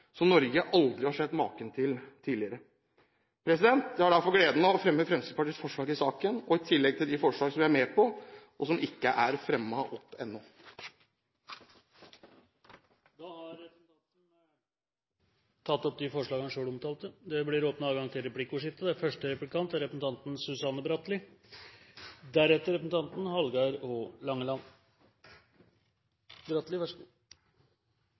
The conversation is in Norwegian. som Norge aldri har sett maken til tidligere. Jeg har derfor gleden av å fremme Fremskrittspartiets forslag i saken, og i tillegg de forslag vi er med på, som ikke er fremmet ennå. Representanten Bård Hoksrud har tatt opp de forslagene han refererte til. Det blir replikkordskifte. For oss i Arbeiderpartiet er ikke samferdsel noe mål i seg selv, men et virkemiddel. Det er et virkemiddel for å